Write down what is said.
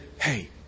Hey